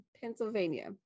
Pennsylvania